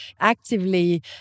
actively